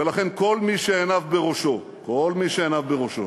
ולכן, כל מי שעיניו בראשו, כל מי שעיניו בראשו,